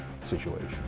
situation